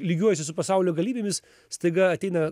lygiuojasi su pasaulio galybėmis staiga ateina